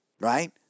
right